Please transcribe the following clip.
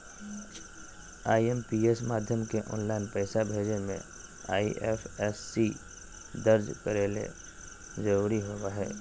IMPS माध्यम से online पैसा भेजे मे आई.एफ.एस.सी दर्ज करे ला जरूरी होबो हय